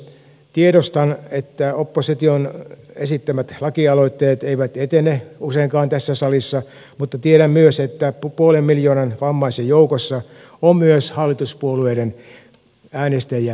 tiedostan että opposition esittämät lakialoitteet eivät etene useinkaan tässä salissa mutta tiedän myös että puolen miljoonan vammaisen joukossa on myös hallituspuolueiden äänestäjiä eli kannattajia